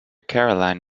caroline